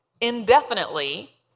indefinitely